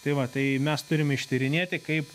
tai va tai mes turim ištyrinėti kaip